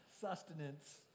sustenance